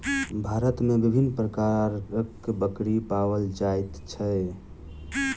भारत मे विभिन्न प्रकारक बकरी पाओल जाइत छै